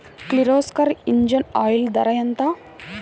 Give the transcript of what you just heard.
Kirloskar engine oil ధర ఎంత?